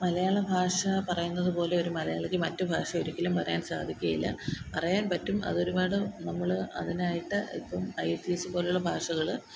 മലയാളഭാഷ പറയുന്നത് പോലെ ഒരു മലയാളിക്ക് മറ്റ് ഭാഷയൊരിക്കലും പറയാൻ സാധിക്കയില്ല പറയാൻ പറ്റും അതൊരുപാട് നമ്മള് അതിനായിട്ട് അൽപ്പം I E L T S പോലുള്ള ഭാഷകള്